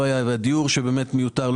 פרט לדיור הממשלתי שהוא באמת מיותר.